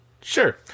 Sure